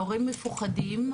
הורים מפוחדים.